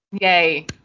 Yay